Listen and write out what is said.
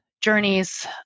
journeys